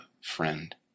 friend